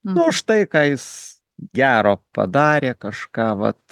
nu už tai ką jis gero padarė kažką vat